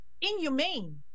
inhumane